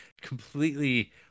completely